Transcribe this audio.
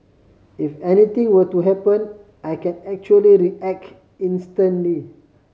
if anything were to happen I can actually react instantly